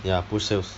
ya push sales